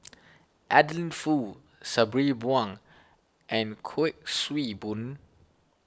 Adeline Foo Sabri Buang and Kuik Swee Boon